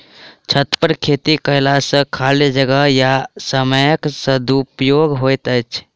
छतपर खेती कयला सॅ खाली जगह आ समयक सदुपयोग होइत छै